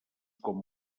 com